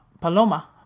Paloma